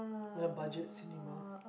like a budget cinema